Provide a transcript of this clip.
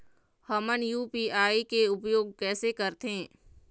हमन यू.पी.आई के उपयोग कैसे करथें?